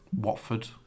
Watford